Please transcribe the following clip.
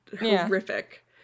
horrific